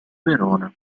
verona